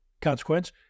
consequence